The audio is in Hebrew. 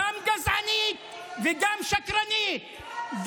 גם גזענית וגם שקרנית.